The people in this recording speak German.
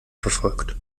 verfolgt